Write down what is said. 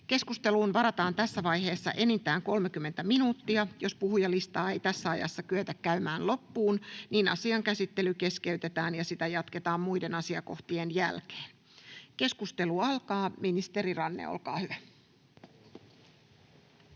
Lähetekeskusteluun varataan tässä vaiheessa enintään 30 minuuttia. Jos puhujalistaa ei tässä ajassa kyetä käymään loppuun, niin asian käsittely keskeytetään ja sitä jatketaan muiden asiakohtien jälkeen. — Keskustelu alkaa. Ministeri Ranne, olkaa hyvä.